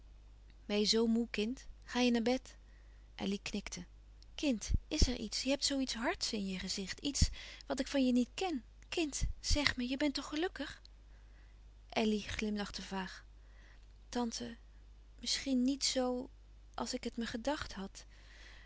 je zoo moê kind ga je naar bed elly knikte kind is er iets je hebt zoo iets hards in je gezicht iets wat ik van je niet ken kind zeg me je bent toch gelukkig elly glimlachte vaag tante misschien niet z als ik het me gedacht had